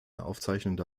aufzeichnungen